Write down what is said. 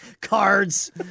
cards